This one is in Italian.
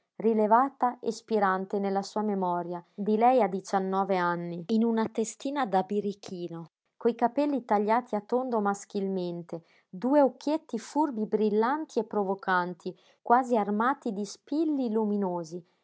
rilevata e spirante nella sua memoria di lei a diciannove anni in una testina da birichino coi capelli tagliati a tondo maschilmente due occhietti furbi brillanti e provocanti quasi armati di spilli luminosi